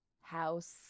house